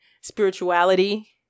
spirituality